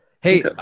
hey